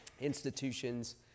institutions